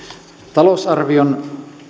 talousarvion